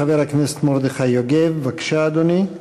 חבר הכנסת מרדכי יוגב, בבקשה, אדוני.